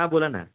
हां बोला ना